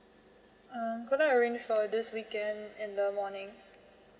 um could I arrange for this weekend in the morning